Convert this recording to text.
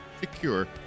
secure